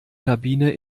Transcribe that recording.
kabine